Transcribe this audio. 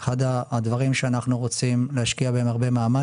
אחד הדברים שאנחנו רוצים להשקיע בהם הרבה מאמץ,